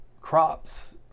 crops